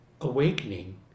awakening